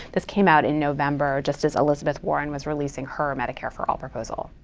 this came out in november, just as elizabeth warren was releasing her medicare for all proposal.